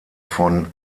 von